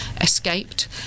escaped